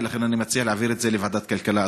ולכן אני מציע להעביר את זה לוועדת הכלכלה,